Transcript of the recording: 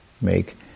make